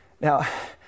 Now